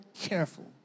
careful